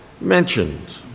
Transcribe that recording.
mentioned